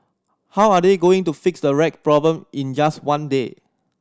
how are they going to fix the rat problem in just one day